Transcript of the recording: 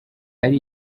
ari